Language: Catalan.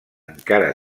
encara